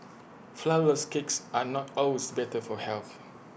Flourless Cakes are not always better for health